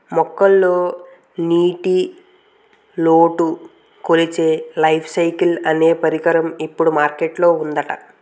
మొక్కల్లో నీటిలోటు కొలిచే లీఫ్ సెన్సార్ అనే పరికరం ఇప్పుడు మార్కెట్ లో ఉందట